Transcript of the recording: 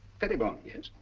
pettibone? yes.